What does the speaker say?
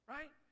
Right